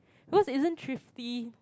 cause isn't thrifty